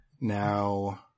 Now